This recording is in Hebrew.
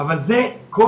יש